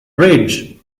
ridge